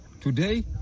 Today